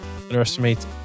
underestimate